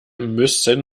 müssen